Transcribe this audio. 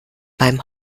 beim